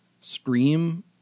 scream